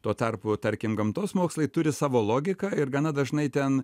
tuo tarpu tarkim gamtos mokslai turi savo logiką ir gana dažnai ten